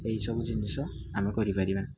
ଏହି ସବୁ ଜିନିଷ ଆମେ କରିପାରିବା